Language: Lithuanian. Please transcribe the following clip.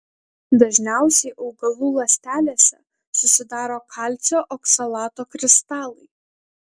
dažniausiai augalų ląstelėse susidaro kalcio oksalato kristalai